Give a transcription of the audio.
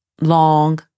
long